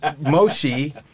Moshi